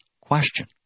question